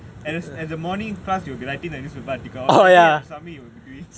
at the at the morning class you will be writing the newspaper article on the day you have to submit you'll be doing